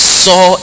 saw